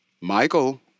Michael